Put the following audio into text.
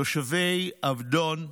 תושבי עבדון,